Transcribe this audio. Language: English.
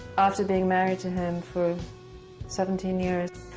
after being married to him for seventeen years,